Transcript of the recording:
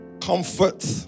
Comfort